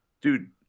Dude